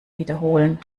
wiederholen